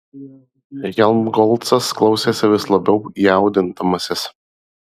helmholcas klausėsi vis labiau jaudindamasis